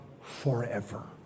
forever